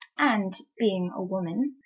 and being a woman,